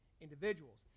individuals